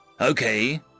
Okay